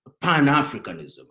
Pan-Africanism